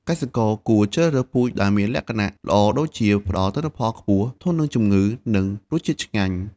កសិករគួរជ្រើសរើសពូជដែលមានលក្ខណៈល្អដូចជា ផ្ដល់ទិន្នផលខ្ពស់ ធន់នឹងជំងឺ និងរសជាតិឆ្ងាញ់។